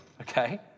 okay